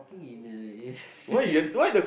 ~king in a